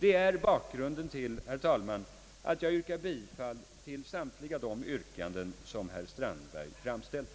Det är bakgrunden till att jag yrkar bifall till samtliga de yrkanden som herr Strandberg har framställt.